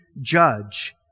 judge